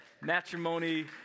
matrimony